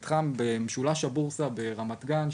מתחם במשולש הבורסה ברמת גן,